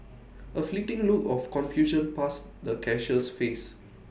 A fleeting look of confusion passed the cashier's face